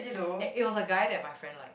and it was a guy that my friend like